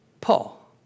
Paul